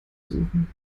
suchen